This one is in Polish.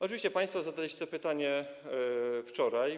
Oczywiście państwo zadaliście to pytanie wczoraj.